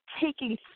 taking